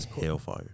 hellfire